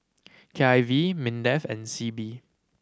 K I V MINDEF and SEAB